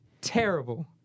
Terrible